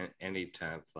anytime